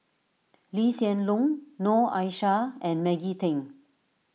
Lee Hsien Loong Noor Aishah and Maggie Teng